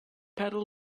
pedal